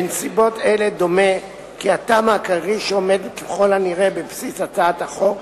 בנסיבות אלה דומה כי הטעם העיקרי שעומד ככל הנראה בבסיס הצעת החוק,